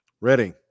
Ready